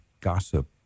gossip